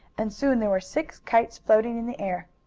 and soon there were six kites floating in the air.